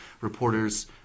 reporters